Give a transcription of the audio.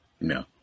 No